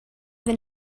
been